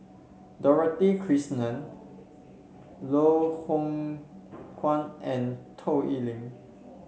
Dorothy Krishnan Loh Hoong Kwan and Toh Liying